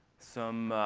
some